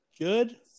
Good